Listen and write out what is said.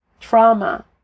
trauma